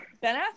Ben